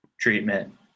treatment